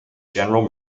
general